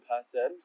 person